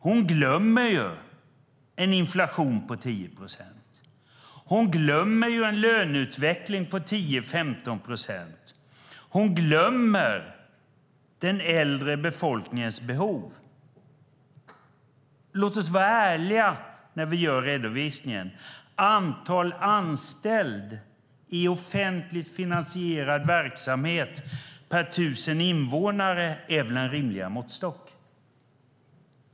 Hon glömmer en inflation på 10 procent. Hon glömmer en löneutveckling på 10-15 procent. Hon glömmer den äldre befolkningens behov. Låt oss vara ärliga när vi gör redovisningen. Antalet anställda i offentligt finansierad verksamhet per 1 000 invånare är väl en rimlig måttstock.